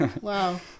Wow